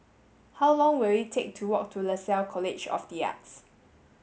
how long will it take to walk to Lasalle College of the Arts